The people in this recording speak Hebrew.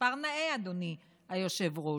מספר נאה, אדוני היושב-ראש.